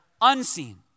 unseen